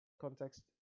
context